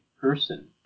person